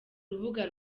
rubuga